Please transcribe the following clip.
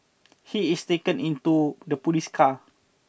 he is taken into the police car